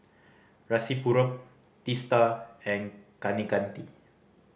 Rasipuram Teesta and Kaneganti